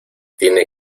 tiene